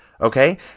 Okay